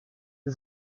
sie